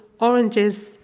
oranges